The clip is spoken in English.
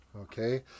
Okay